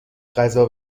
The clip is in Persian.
غذا